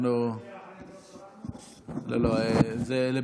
אנחנו, לא, אז זה בסדר.